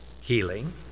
healing